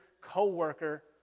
co-worker